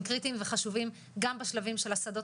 הם קריטיים וחשובים גם בשלבים של השדות